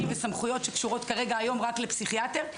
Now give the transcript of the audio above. וסמכויות שקשורות כרגע היום רק לפסיכיאטר,